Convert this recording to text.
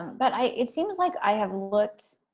but i it seems like i have looked,